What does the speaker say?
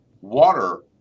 water